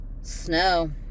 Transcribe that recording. snow